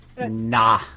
Nah